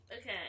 Okay